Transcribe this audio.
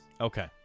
Okay